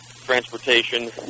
transportation